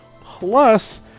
plus